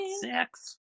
sex